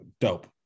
dope